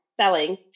selling